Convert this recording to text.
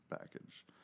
package